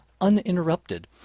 uninterrupted